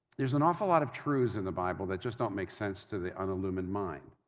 there's an awful lot of truths in the bible that just don't make sense to the unillumined mind.